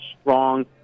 strong